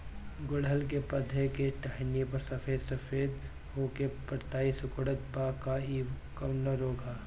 गुड़हल के पधौ के टहनियाँ पर सफेद सफेद हो के पतईया सुकुड़त बा इ कवन रोग ह?